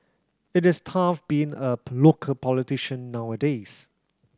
it is tough being a local politician nowadays